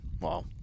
Wow